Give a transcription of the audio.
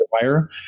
wire